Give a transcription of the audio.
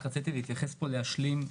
אני רוצה להתייחס ולהשלים.